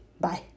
Bye